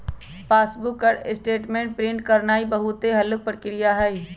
passbook पर statement print करानाइ बहुते हल्लुक प्रक्रिया हइ